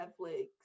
Netflix